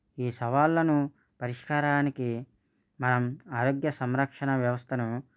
ఈ సవాళ్ళను పరిష్కారానికి మనం ఆరోగ్య సంరక్షణ వ్యవస్థను